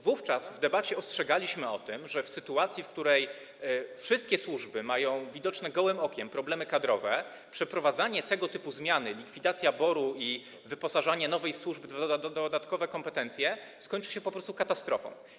Wówczas w debacie ostrzegaliśmy o tym, że w sytuacji, w której wszystkie służby mają widoczne gołym okiem problemy kadrowe, przeprowadzanie tego typu zmiany, likwidacja BOR i wyposażanie nowej służby w dodatkowe kompetencje skończy się po prostu katastrofą.